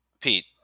Pete